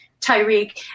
Tyreek